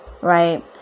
Right